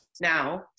now